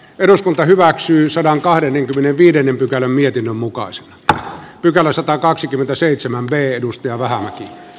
eduskunta hyväksyi sadankahden ja viidennen pykälän mietinnön mukaan se että pykälä arvoisa herra puhemies